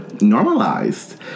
normalized